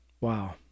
Wow